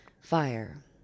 Fire